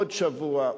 עוד שבוע,